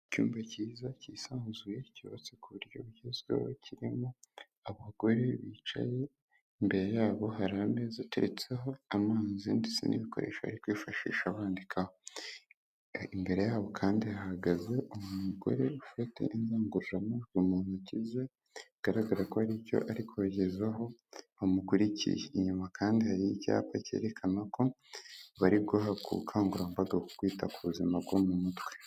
Icyumba cyiza cyisanzuye cyubatse ku buryo bugezweho, kirimo abagore bicaye imbere yabo, hari ameza ateretseho amazi ndetse n'ibikoresho ariko kwifashisha abandika, imbere yabo kandi hahagaze umugore ufite indangururamajwi mu ntoki ze, bigaragara ko haricyo ari kubageza aho bamukurikiye, inyuma kandi hari icyapa cyerekana ko bari guhabwa ubukangurambaga mu kwita ku buzima bwo mu mutwe.